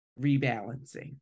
rebalancing